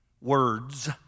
words